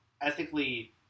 ethically